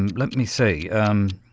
and let me see, hmm,